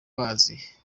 mazi